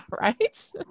right